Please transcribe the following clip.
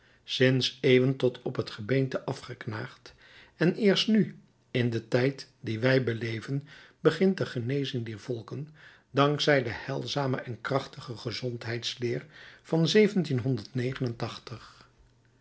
sinds eeuwen tot op het gebeente afgeknaagd en eerst nu in den tijd dien wij beleven begint de genezing dier volken dank zij de heilzame en krachtige gezondheidsleer van